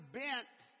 bent